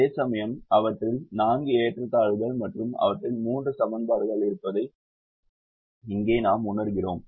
அதேசமயம் அவற்றில் 4 ஏற்றத்தாழ்வுகள் மற்றும் அவற்றில் 3 சமன்பாடுகள் என்பதை இங்கே நாம் உணர்கிறோம்